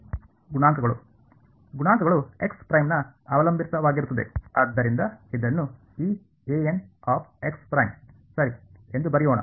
ಗುಣಾಂಕಗಳು ಗುಣಾಂಕಗಳು ಅವಲಂಬಿತವಾಗಿರುತ್ತದೆ ಆದ್ದರಿಂದ ಇದನ್ನು ಈ ಸರಿ ಎಂದು ಬರೆಯೋಣ